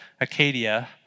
Acadia